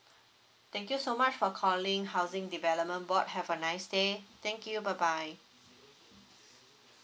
thank you so much for calling housing development board have a nice day thank you bye bye